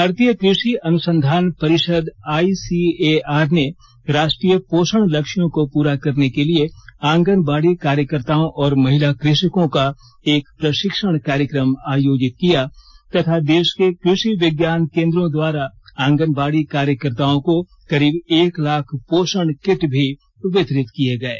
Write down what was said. भारतीय कृषि अनुसंधान परिषद अईसीएआर ने राष्ट्रीय पोषण लक्ष्यों को पूरा करने के लिए आंगनवाड़ी कार्यकर्ताओं और महिला कृषकों का एक प्रशिक्षण कार्यक्रम आयोजित किया तथा देश के कृषि विज्ञान केन्द्रों द्वारा आंगनवाड़ी कार्यकर्ताओं को करीब एक लाख पोषण किट भी वितरित किए गये